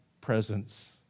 presence